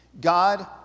God